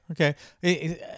okay